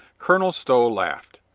colonel stow laughed.